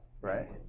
Right